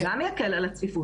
זה גם יקל על הצפיפות.